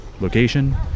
location